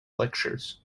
lectures